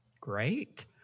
Great